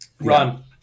Ron